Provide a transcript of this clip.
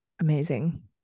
Amazing